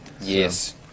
Yes